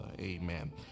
Amen